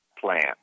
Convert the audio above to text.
plan